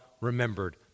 remembered